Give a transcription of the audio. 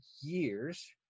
years